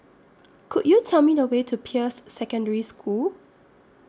Could YOU Tell Me The Way to Peirce Secondary School